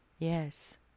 Yes